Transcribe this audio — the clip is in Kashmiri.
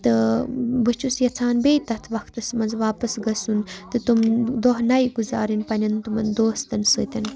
تہٕ بہٕ چھُس یَژھان بیٚیہِ تَتھ وَقتَس منٛز واپَس گژھُن تہٕ تِم دۄہ نَے گزارٕنۍ پنٛنٮ۪ن تِمَن دوستَن سۭتۍ